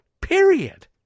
period